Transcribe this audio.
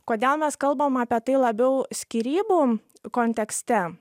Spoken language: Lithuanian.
kodėl mes kalbam apie tai labiau skyrybų kontekste